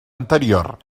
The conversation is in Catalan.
anterior